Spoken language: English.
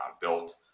built